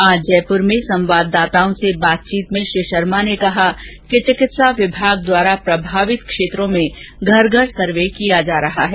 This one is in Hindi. आज जयपुर में संवाददाताओं से बातचीत में श्री शर्मा ने कहा कि चिकित्सा विभाग द्वारा प्रभावित क्षेत्रों में घर घर सर्वे किया जा रहा है